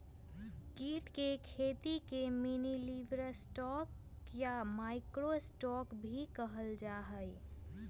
कीट के खेती के मिनीलिवस्टॉक या माइक्रो स्टॉक भी कहल जाहई